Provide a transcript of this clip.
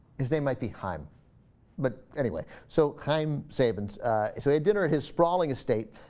is they might be time but anyway so time statement it's a dinner his sprawling estate